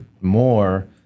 more